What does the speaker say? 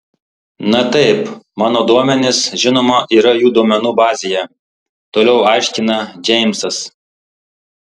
na taip mano duomenys žinoma yra jų duomenų bazėje toliau aiškina džeimsas